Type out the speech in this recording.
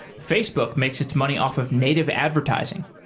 facebook makes its money off of native advertising.